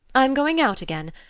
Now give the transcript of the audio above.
i'm going out again.